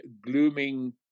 glooming